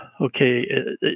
Okay